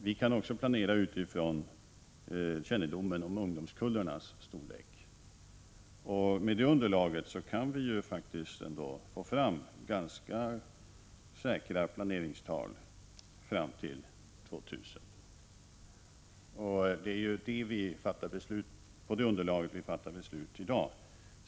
Vi kan också planera utifrån vår Med det underlaget kan vi ändå få fram ganska säkra planeringstal fram till år 2000. Det är på det underlaget vi fattar beslut i dag.